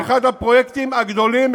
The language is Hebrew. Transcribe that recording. באחד הפרויקטים הגדולים,